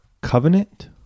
Covenant